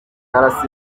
karasira